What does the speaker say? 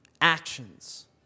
Actions